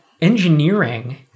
engineering